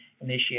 initiate